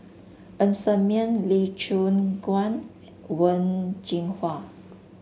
Ng Ser Miang Lee Choon Guan Wen Jinhua